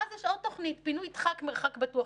ואז יש עוד תוכנית, פינוי דחק מרחק בטוח.